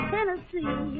Tennessee